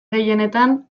gehienetan